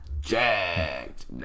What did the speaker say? Jacked